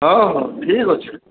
ହଁ ହଁ ଠିକ ଅଛେ